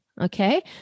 Okay